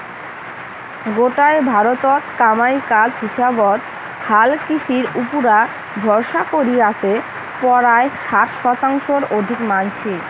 গোটায় ভারতত কামাই কাজ হিসাবত হালকৃষির উপুরা ভরসা করি আছে পরায় ষাট শতাংশর অধিক মানষি